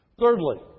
Thirdly